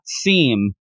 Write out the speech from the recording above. seem